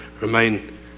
Remain